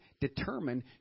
determine